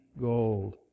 gold